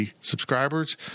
subscribers